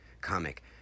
comic